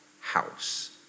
house